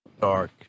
dark